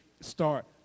start